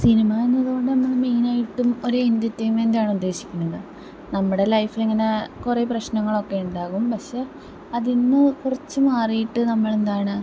സിനിമാന്ന് പറയുന്നത് മെയിനായിട്ടും ഒരു എൻറ്റർടൈമെൻറ്റാണ് ഉദ്ധേശിക്കുന്നത് നമ്മുടെ ലൈഫിലിങ്ങനെ കുറെ പ്രശ്നങ്ങളൊക്കെ ഉണ്ടാകും പക്ഷേ അതിൽ നിന്ന് കുറച്ച് മാറിയിട്ട് നമ്മളെന്താണ്